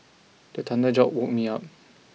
the thunder jolt woke me out